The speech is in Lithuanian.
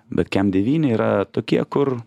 bet kem devyni yra tokie kur